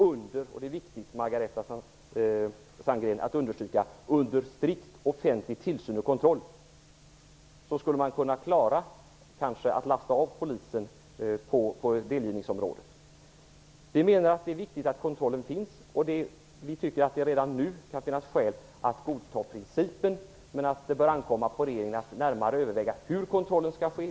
Under strikt offentlig tillsyn och kontroll skulle man kanske kunna avlasta polisen inom delgivningsområdet. Det är viktigt att kontrollen finns. Vi tycker att det kan finnas skäl att redan nu godta principen, men att det bör ankomma på regeringen att närmare överväga hur kontrollen skall ske.